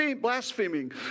blaspheming